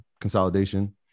consolidation